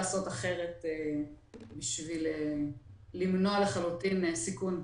לעשות אחרת בשביל למנוע לחלוטין סיכון כזה.